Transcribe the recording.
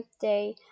day